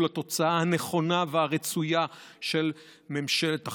לתוצאה הנכונה והרצויה של ממשלת אחדות: